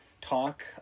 talk